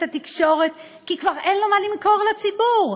התקשורת היא שכבר אין לו מה למכור לציבור.